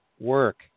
work